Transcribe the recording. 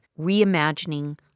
Reimagining